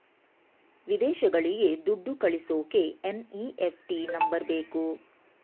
ವಿದೇಶಗಳಿಗೆ ದುಡ್ಡು ಕಳಿಸೋಕೆ ಎನ್.ಇ.ಎಫ್.ಟಿ ನಂಬರ್ ಬೇಕು